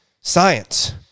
science